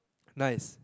nice